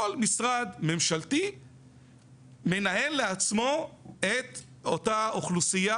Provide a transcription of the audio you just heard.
כל משרד ממשלתי מנהל לעצמו את אותה אוכלוסייה